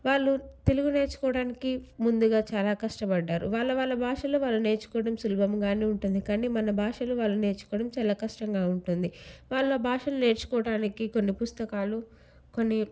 వాళ్ళు తెలుగు నేర్చుకోవడానికి ముందుగా చాలా కష్టబడ్డారు వాళ్ళ వాళ్ళ భాషల్లో వాళ్ళు నేర్చుకోవడం సులభముగానే ఉంటుంది కానీ మన భాషలు వాళ్ళు నేర్చుకోవడం చాలా కష్టంగా ఉంటుంది వాళ్ళ భాషలు నేర్చుకోవటానికి కొన్ని పుస్తకాలు కొన్ని